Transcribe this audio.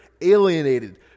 alienated